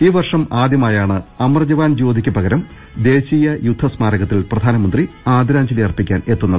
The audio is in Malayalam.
ഈ വർഷം ആദ്യ മായാണ് അമർജവാൻജ്യോതിക്ക് പകരം ദേശീയ യുദ്ധ സ്മാരകത്തിൽ പ്രധാനമന്ത്രി ആദരാഞ്ജലി അർപ്പിക്കാൻ എത്തുന്നത്